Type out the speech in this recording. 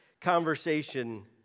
conversation